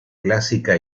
clásica